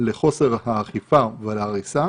לחוסר האכיפה ועל ההריסה